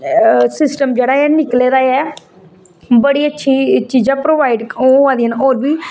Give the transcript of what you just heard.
system जेहड़ा ऐ ओह् निकले दा ऐ बड़ी अच्छी चीजां प्रोबाइड होआ दियां ना और बी